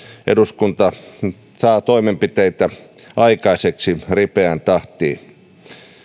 eduskunta saa toimenpiteitä aikaiseksi ripeään tahtiin